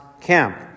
camp